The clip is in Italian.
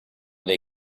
dei